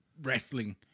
wrestling